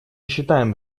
считаем